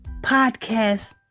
podcast